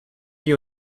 you